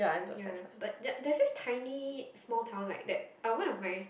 ya but there there's a tiny small town like that uh one of my